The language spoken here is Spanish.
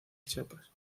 chiapas